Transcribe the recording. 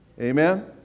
Amen